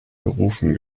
berufen